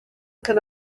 can